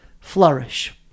flourish